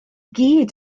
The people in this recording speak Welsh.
gyd